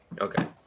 Okay